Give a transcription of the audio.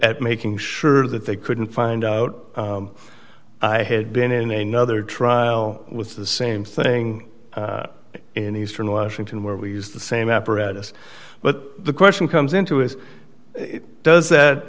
at making sure that they couldn't find out i had been in another trial with the same thing in eastern washington where we use the same apparatus but the question comes into is does that